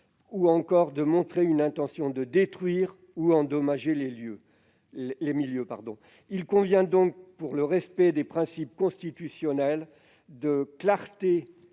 ou encore de montrer une intention de détruire ou d'endommager les milieux. Il convient donc, pour le respect des principes constitutionnels de clarté